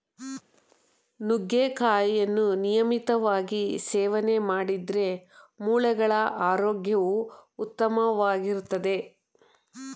ನುಗ್ಗೆಕಾಯಿಯನ್ನು ನಿಯಮಿತವಾಗಿ ಸೇವನೆ ಮಾಡಿದ್ರೆ ಮೂಳೆಗಳ ಆರೋಗ್ಯವು ಉತ್ತಮವಾಗಿರ್ತದೆ